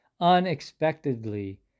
unexpectedly